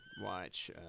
watch